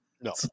no